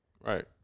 Right